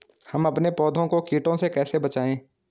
हम अपने पौधों को कीटों से कैसे बचाएं?